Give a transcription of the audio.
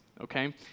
okay